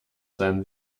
than